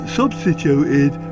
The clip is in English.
substituted